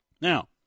Now